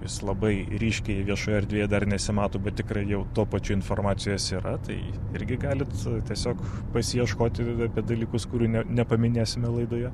jis labai ryškiai viešoje erdvėje dar nesimato bet tikrai jau tuo pačiu informacijos yra tai irgi galit tiesiog pasiieškoti apie dalykus kurių ne nepaminėsime laidoje